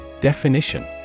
Definition